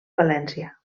valència